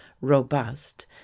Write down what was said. robust